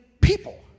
people